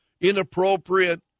inappropriate